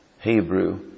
Hebrew